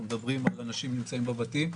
אנחנו מדברים על כך שאנשים נמצאים בבתים,